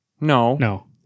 No